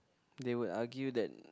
they would argue that